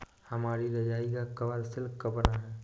हमारी रजाई का कवर सिल्क का बना है